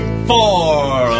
four